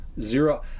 Zero